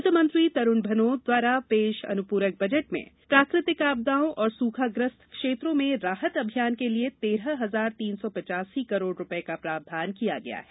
वित्त मंत्री तरुण भनोत द्वारा पेश अनुप्रक बजट में प्राकृतिक आपदाओं और सूखाग्रस्त क्षेत्रों में राहत अभियान के लिए तेरह हजार तीन सौ पिचासी करोड़ रुपये का प्रावधान किया गया है